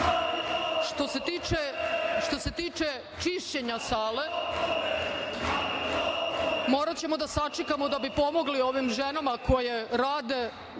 što se tiče čišćenja sale, moraćemo da sačekamo da bi pomogli ovim ženama koje rade,